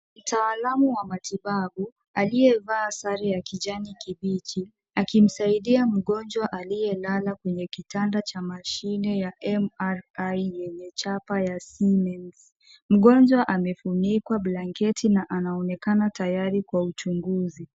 Mtaalamu wa matibabu aliyevaa sare ya kijani kibichi akimsaidia mgonjwa aliyelala kwenye kitanda cha mashine ya MRI yenye chapa ya siemens .Mgonjwa amefunikwa blanketi na anaonekana tayari kwa uchunguzi.